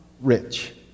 rich